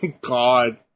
God